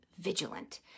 vigilant